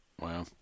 Wow